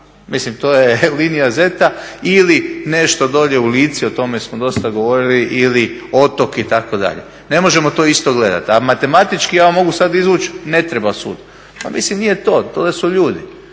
mislim to je linija ZET-a. Ili nešto dolje u Lici, o tome smo dosta govorili ili otok, itd. Ne možemo to isto gledati. A matematički ja mogu sada izvući, ne treba sud. Pa mislim nije to, dolje su ljudi